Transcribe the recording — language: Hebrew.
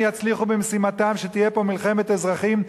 יצליחו במשימתם שתהיה פה מלחמת אזרחים,